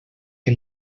que